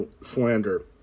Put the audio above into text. slander